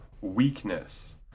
weakness